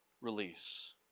release